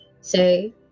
say